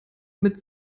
mit